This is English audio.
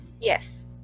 Yes